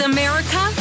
America